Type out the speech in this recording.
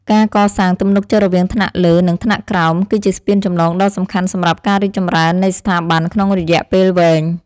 ការកសាងទំនុកចិត្តរវាងថ្នាក់លើនិងថ្នាក់ក្រោម គឺជាស្ពានចម្លងដ៏សំខាន់សម្រាប់ការរីកចម្រើននៃស្ថាប័នក្នុងរយៈពេលវែង។